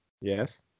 Yes